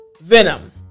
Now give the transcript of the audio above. venom